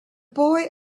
boy